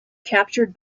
captured